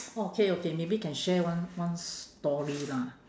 okay okay maybe can share one one story lah